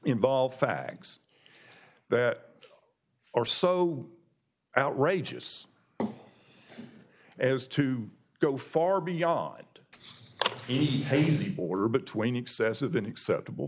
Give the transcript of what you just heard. involve facts that are so outrageous as to go far beyond hazy border between excess of an acceptable